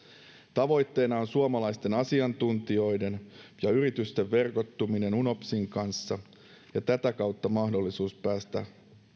tavoitteena on suomalaisten asiantuntijoiden ja yritysten verkottuminen unopsin kanssa ja tätä kautta mahdollisuus päästä